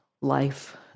life